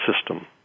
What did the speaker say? system